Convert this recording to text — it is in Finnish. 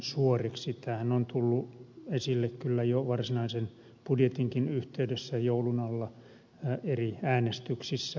tämähän on tullut esille kyllä jo varsinaisen budjetinkin yhteydessä joulun alla eri äänestyksissä